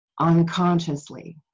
unconsciously